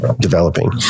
developing